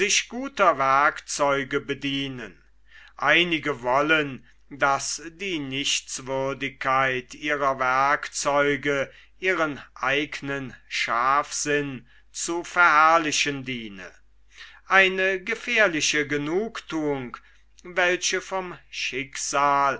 die herzen einige wollen daß die nichtswürdigkeit ihrer werkzeuge ihren eigenen scharfsinn zu verherrlichen diene eine gefährliche genugthuung welche vom schicksal